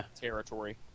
Territory